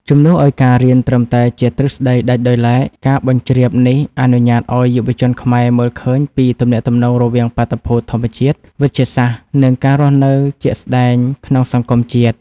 ជំនួសឱ្យការរៀនត្រឹមតែជាទ្រឹស្ដីដាច់ដោយឡែក ការបញ្ជ្រាបនេះអនុញ្ញាតឱ្យយុវជនខ្មែរមើលឃើញពីទំនាក់ទំនងរវាងបាតុភូតធម្មជាតិ វិទ្យាសាស្ត្រ និងការរស់នៅជាក់ស្ដែងក្នុងសង្គមជាតិ។